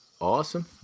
awesome